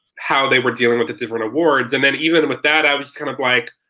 how they were dealing with the different awards and then, even and with that, i was kind of like,